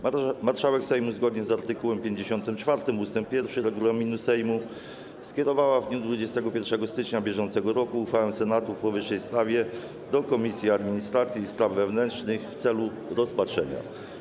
Marszałek Sejmu zgodnie z art. 54 ust. 1 regulaminu Sejmu skierowała w dniu 21 stycznia br. uchwałę Senatu w powyższej sprawie do Komisji Administracji i Spraw Wewnętrznych w celu rozpatrzenia.